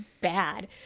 bad